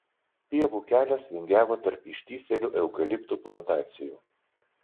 pievų kelias vingiavo tarp ištįsėlių eukaliptų plantacijų